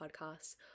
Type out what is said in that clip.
Podcasts